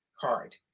card